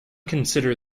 consider